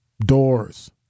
doors